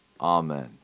Amen